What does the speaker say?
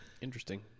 Interesting